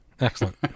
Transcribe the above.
Excellent